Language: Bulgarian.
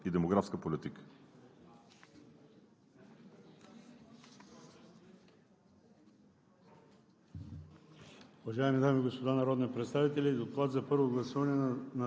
заповядайте да запознаете народните представители с Доклада на Комисията по труда, социалната и демографската политика.